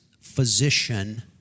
Physician